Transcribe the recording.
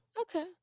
Okay